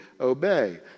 obey